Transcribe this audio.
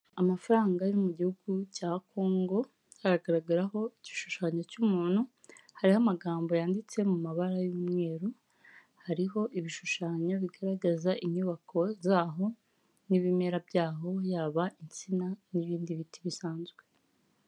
Amafaranga yo mu gihugu cya Kongo, aragaragaraho igishushanyo cy'umuntu, hariho amagambo yanditse mu mabara y'umweru, hariho ibishushanyo bigaragaza inyubako zaho n'ibimera by'aho yaba insina n'ibindi biti bisanzwe.